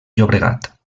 llobregat